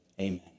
Amen